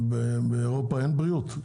באירופה אין בריאות?